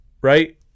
Right